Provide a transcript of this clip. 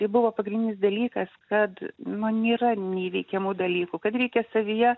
tai buvo pagrindinis dalykas kad man nėra neįveikiamų dalykų kad reikia savyje